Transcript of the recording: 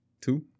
Two